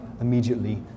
immediately